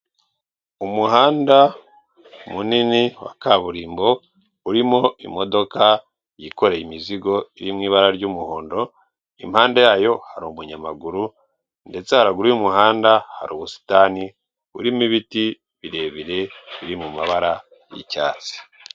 Umuhanda munini wa kaburimbo, urimo imodoka yikoreye imizigo iri mu ibara ry'umuhondo, impande yayo hari umunyamaguru ndetse haraguru y'umuhanda hari ubusitani burimo ibiti birebire biri mu mabara y'icyatsi.